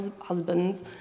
husbands